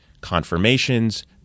confirmations